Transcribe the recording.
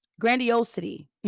grandiosity